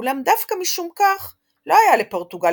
אולם דווקא משום כך לא היה לפורטוגל